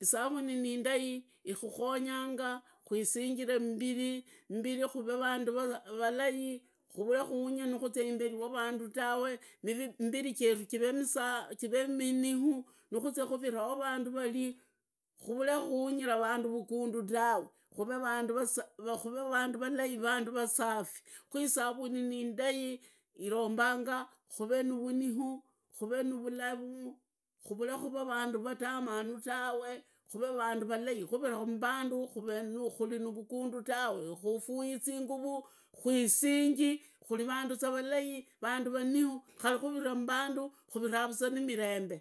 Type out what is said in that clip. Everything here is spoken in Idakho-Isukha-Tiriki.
Isaruni niindai ikukonyanga, kwisingire mbiri, mbiri kuvee vandu valai, kuvee khunga nakuzia imberi wa randu tave, mbiri cheru chivee miniu, kuzia kuviraa warandu varii, khurure khuhangira vandu tawe kuvee vandu valai vasafi, khu isavuni niindai irombanga kharee navuniu, kuvee nuvulavu, kuve kuvaa vandu vatamanu tawe kuvee vandu valai khuviraa avandu khuri na vugundu tawe, khufui zinguru, kwisingi, kuriza vandu valei vandu vaniu, khuviraa mbandu khuviraa za ni mirembo.